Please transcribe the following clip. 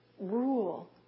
rule